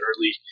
early